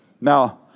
Now